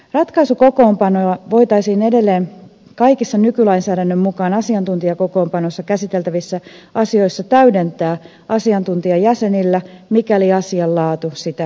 ratkaisukokoonpanoa voitaisiin edelleen kaikissa nykylainsäädännön mukaan asiantuntijakokoonpanoissa käsiteltävissä asioissa täydentää asiantuntijajäsenillä mikäli asian laatu sitä edellyttää